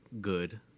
good